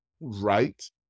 Right